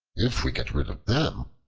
if we get rid of them,